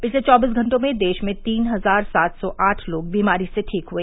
पिछले चौबीस घटों में देश में तीन हजार सात सौ आठ लोग बीमारी से ठीक हुए